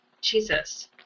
Jesus